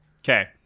Okay